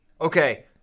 Okay